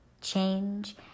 change